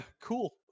cool